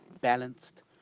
balanced